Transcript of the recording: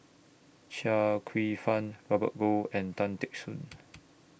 Chia Kwek Fah Robert Goh and Tan Teck Soon